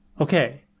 okay